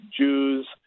Jews